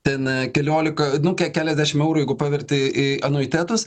ten keliolika nu ke keliasdešim eurų jeigu paverti į anuitetus